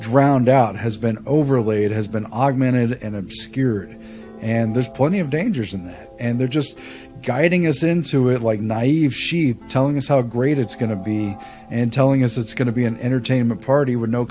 drowned out has been overlaid has been augmented and obscured and there's plenty of dangers in that and they're just guiding us into it like nave she telling us how great it's going to be and telling us it's going to be an entertainment party w